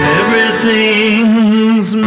everything's